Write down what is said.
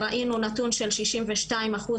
ראינו נתון של שישים ושתיים אחוז,